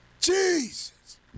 Jesus